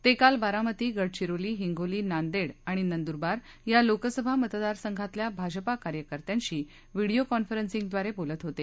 ते काल बारामती गडचिरोली हिंगोली नांदेड आणि नंदूरबार या लोकसभा मतदार संघातल्या भाजपा कार्यकर्त्यांशी काल व्हिडिओ कॉन्फरन्सिंगद्वारे बोलत होते